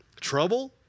trouble